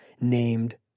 named